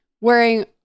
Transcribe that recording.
wearing